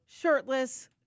shirtless